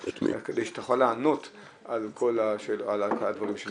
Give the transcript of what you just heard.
אלא כדי שתוכל לענות על הדברים שנאמרו.